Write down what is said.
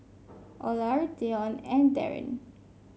Olar Dione and Darren